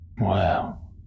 Wow